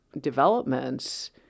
developments